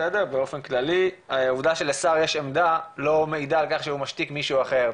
באופן כללי העובדה שלשר יש עמדה לא מעידה על כך שהוא משתיק מישהו אחר.